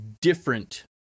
different